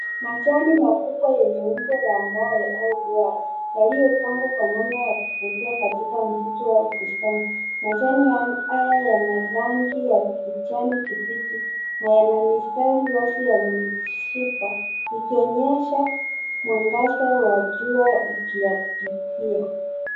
Majani makubwa yenye umbo la moyo au duara, yaliyopangwa kwa namna njia ya kuvutia katika msitu wa bustani. Majani haya yana rangi ya kijani kibichi na yana mistari wazi ya mishipa ikionyesha mwangaza ya jua ikiyapitia.